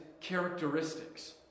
characteristics